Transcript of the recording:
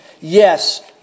yes